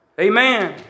Amen